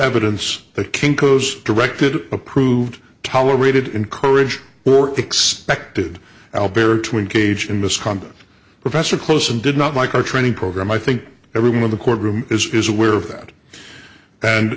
evidence that kinko's directed approved tolerated encouraged or expected albury twenty gauge in misconduct professor close and did not like our training program i think everyone in the courtroom is aware of that